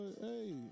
hey